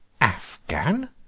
Afghan